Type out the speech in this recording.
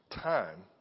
time